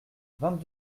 vingt